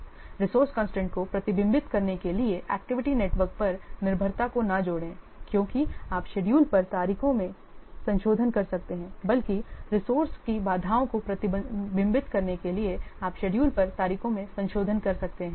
इसीलिए resource constraint को प्रतिबिंबित करने के लिए एक्टिविटी नेटवर्क पर निर्भरता को न जोड़ें क्योंकि आप शेड्यूल पर तारीखों में संशोधन कर सकते हैं बल्कि रिसोर्से की बाधाओं को प्रतिबिंबित करने के लिए आप शेड्यूल पर तारीखों में संशोधन कर सकते हैं